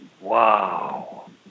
wow